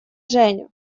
женя